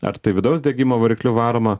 ar tai vidaus degimo varikliu varomą